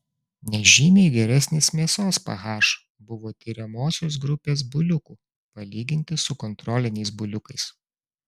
nežymiai geresnis mėsos ph buvo tiriamosios grupės buliukų palyginti su kontroliniais buliukais